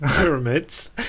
pyramids